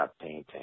painting